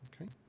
Okay